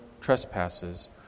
trespasses